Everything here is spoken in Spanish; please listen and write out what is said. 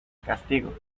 castigo